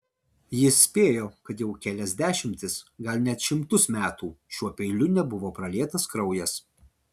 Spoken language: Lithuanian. jis spėjo kad jau kelias dešimtis gal net šimtus metų šiuo peiliu nebuvo pralietas kraujas